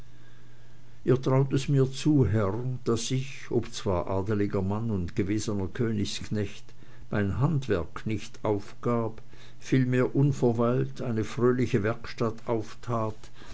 ihr traut es mir zu herr daß ich obzwar ein adeliger mann und gewesener königsknecht mein handwerk nicht aufgab vielmehr unverweilt eine fröhliche werkstatt auftat